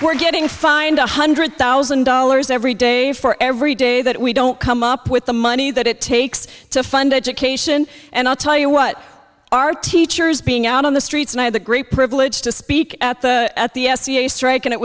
we're getting fined one hundred thousand dollars every day for every day that we don't come up with the money that it takes to fund education and i'll tell you what our teachers being out on the streets now have the great privilege to speak at the s t a strike and it